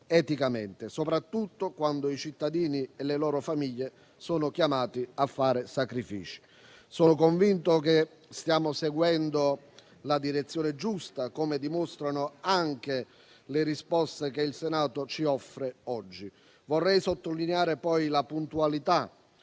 eticamente, soprattutto quando i cittadini e le loro famiglie sono chiamati a fare sacrifici. Sono convinto che stiamo seguendo la direzione giusta, come dimostrano anche le risposte che il Senato ci offre oggi. Vorrei sottolineare, poi, la puntualità